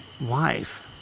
wife